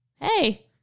hey